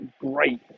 great